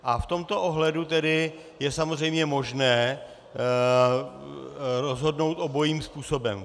V tomto ohledu tedy je samozřejmě možné rozhodnout obojím způsobem.